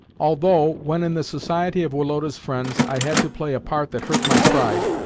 although, when in the society of woloda's friends, i had to play a part that hurt my pride,